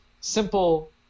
simple